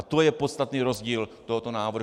To je podstatný rozdíl tohoto návrhu.